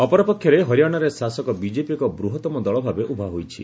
ଅପରପକ୍ଷରେ ହରିୟାଣାରେ ଶାସକ ବିଜେପି ଏକ ବୃହତ୍ତମ ଦଳ ଭାବେ ଉଭା ହୋଇଛି